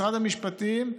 משרד המשפטים,